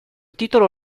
titolo